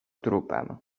trupem